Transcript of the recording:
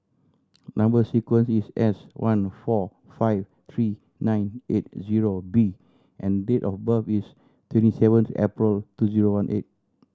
number sequence is S one four five three nine eight zero B and date of birth is twenty seventh April two zero one eight